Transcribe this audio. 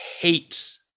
hates